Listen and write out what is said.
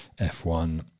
F1